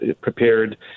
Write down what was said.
prepared